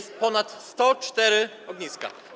Są ponad 104 ogniska.